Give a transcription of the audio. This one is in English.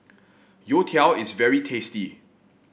youtiao is very tasty